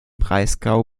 breisgau